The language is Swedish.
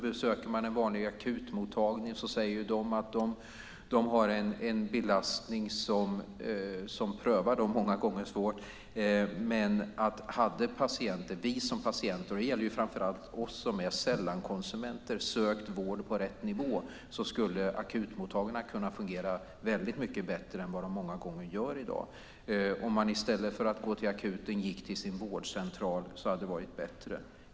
Besöker man en vanlig akutmottagning säger de att de har en belastning som många gånger prövar dem svårt men om vi som patienter - det gäller framför allt oss som är sällankonsumenter - sökt vård på rätt nivå skulle akutmottagningarna kunna fungera väldigt mycket bättre än vad de många gånger gör i dag. Om man i stället för att gå till akuten gick till sin vårdcentral hade det varit bättre.